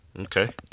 Okay